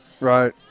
Right